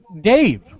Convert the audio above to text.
Dave